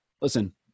listen